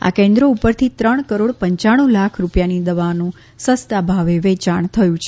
આ કેન્દ્રો ઉપરથી ત્રણ કરોડ પંચાણુ લાખ રૂપિયાની દવાનું સસ્તા ભાવે વેયાણ થયું છે